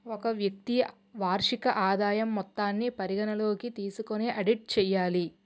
ఒక వ్యక్తి వార్షిక ఆదాయం మొత్తాన్ని పరిగణలోకి తీసుకొని ఆడిట్ చేయాలి